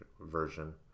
version